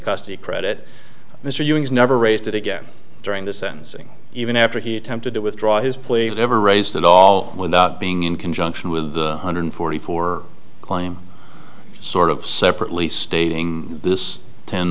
custody credit mr ewing's never raised it again during the sentencing even after he attempted to withdraw his plea never raised at all without being in conjunction with the hundred forty four claim sort of separately stating this ten